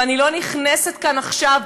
ואני לא נכנסת כאן עכשיו,